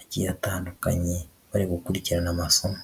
agiye atandukanye bari gukurikirana amasomo.